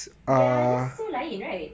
they are just so lain right